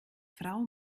frau